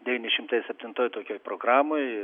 devyni šimtai septintoj tokioj programoj